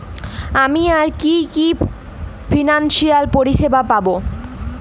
আমি আর কি কি ফিনান্সসিয়াল পরিষেবা পাব?